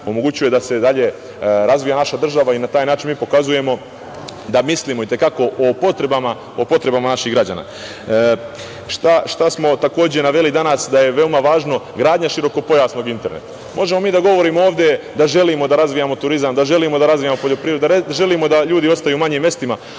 da se dalje razvija naša država i na taj način mi pokazujemo da mislimo i te kako o potrebama naših građana. Šta smo takođe naveli danas da je veoma važno? Gradnja širokopojasnog interneta. Možemo mi da govorimo ovde da želimo da razvijamo turizam, da želimo da razvijamo poljoprivredu, da želimo da ljudi ostaju u manjim mestima,